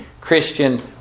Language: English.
Christian